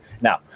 now